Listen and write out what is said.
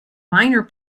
minor